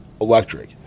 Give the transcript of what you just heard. electric